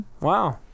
Wow